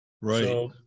Right